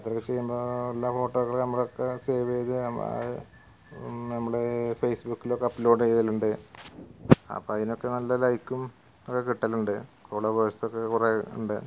യാത്രയൊക്കെ ചെയ്യുമ്പോൾ എല്ലാ ഫോട്ടോയൊക്കെ നമ്മളൊക്കെ സേവ് ചെയ്ത് നമ്മുടേ ഫേസ്ബുക്കിലൊക്കെ അപ്ലോഡ് ചെയ്യലുണ്ട് അപ്പം അതിനൊക്കെ നല്ല ലൈക്കും ഒക്കെ കിട്ടലുണ്ട് ഫോളോവേർസൊക്കെ കുറേ ഉണ്ട്